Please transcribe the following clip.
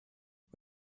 och